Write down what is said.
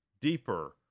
deeper